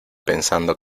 pensando